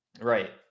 Right